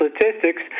Statistics